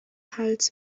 hals